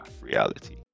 reality